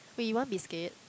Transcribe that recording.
wait you want biscuit